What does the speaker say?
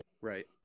right